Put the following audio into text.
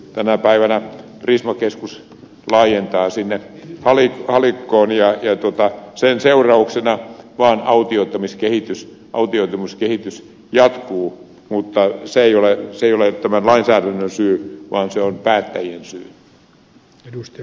tänä päivänä prisma keskus laajentaa sinne halikkoon ja sen seurauksena vaan autioitumiskehitys jatkuu mutta se ei ole tämän lainsäädännön syy vaan se on päättäjien syy